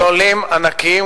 זה אומר מכלולים ענקיים,